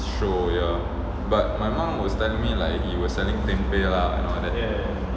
show ya but my mum was telling me like he was selling tempeh and all that